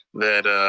that